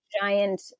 Giant